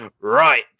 Right